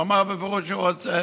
הוא אמר בפירוש שהוא רוצה.